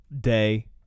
day